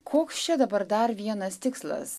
koks čia dabar dar vienas tikslas